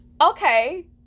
Okay